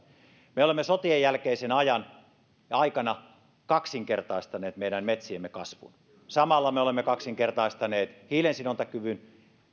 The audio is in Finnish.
me olemme sotien jälkeisenä aikana kaksinkertaistaneet meidän metsiemme kasvun samalla me olemme kaksinkertaistaneet hiilensidontakyvyn